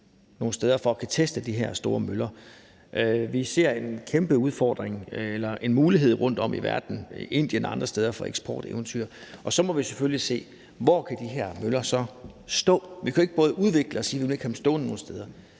nogle steder for at kunne teste de her store møller. Vi ser en kæmpe mulighed rundtom i verden, i Indien og andre steder, for eksporteventyr, og så må vi selvfølgelig se på, hvor de her møller kan stå. Vi kan jo ikke udvikle dem og så sige, at vi ikke vil have dem stående